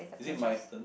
is it my turn